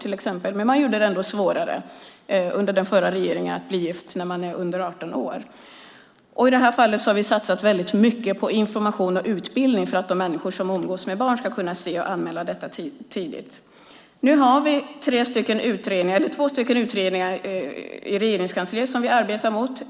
Den förra regeringen gjorde det svårare att bli gift när man är under 18 år. I det avseendet har vi satsat väldigt mycket på information och utbildning för att de människor som umgås med barn ska kunna se och anmäla tidigt. Nu har vi två utredningar i Regeringskansliet som vi arbetar med.